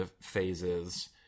phases